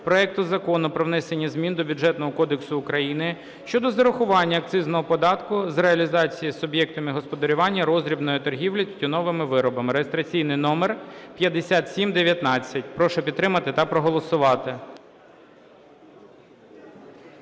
проекту Закону про внесення змін до Бюджетного кодексу України щодо зарахування акцизного податку з реалізації суб'єктами господарювання роздрібної торгівлі тютюновими виробами (реєстраційний номер 5719). Прошу підтримати та проголосувати.